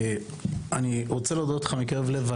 אני רוצה להודות לך מקרב לב.